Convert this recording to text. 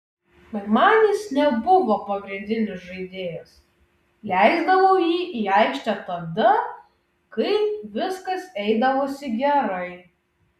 bet man jis nebuvo pagrindinis žaidėjas leisdavau jį į aikštę tada kai viskas eidavosi gerai